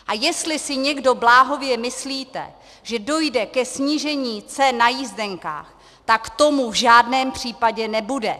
A jestli si někdo bláhově myslíte, že dojde ke snížení cen na jízdenkách, tak tomu v žádném případě nebude.